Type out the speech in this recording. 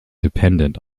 dependent